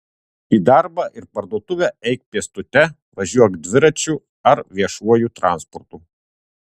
į darbą ir parduotuvę eik pėstute važiuok dviračiu ar viešuoju transportu